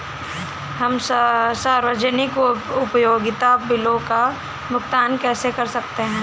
हम सार्वजनिक उपयोगिता बिलों का भुगतान कैसे कर सकते हैं?